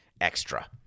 extra